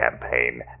campaign